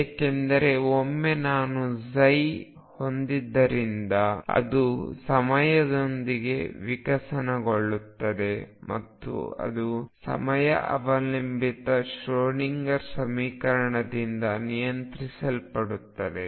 ಏಕೆಂದರೆ ಒಮ್ಮೆ ನಾನು ಹೊಂದಿದ್ದರೆ ಅದು ಸಮಯದೊಂದಿಗೆ ವಿಕಸನಗೊಳ್ಳುತ್ತದೆ ಮತ್ತು ಅದು ಸಮಯ ಅವಲಂಬಿತ ಶ್ರೊಡಿಂಗರ್ ಸಮೀಕರಣದಿಂದ ನಿಯಂತ್ರಿಸಲ್ಪಡುತ್ತದೆ